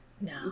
No